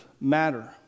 matter